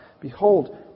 behold